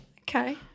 Okay